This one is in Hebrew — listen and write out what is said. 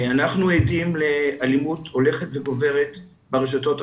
אנחנו עדים לאלימות הולכת וגוברת ברשתות החברתיות.